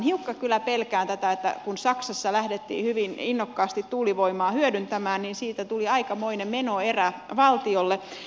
hiukka kyllä pelkään tätä kun saksassa lähdettiin hyvin innokkaasti tuulivoimaa hyödyntämään niin siitä tuli aikamoinen menoerä valtiolle